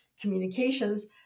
communications